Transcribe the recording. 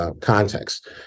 Context